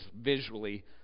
visually